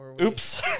oops